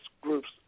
groups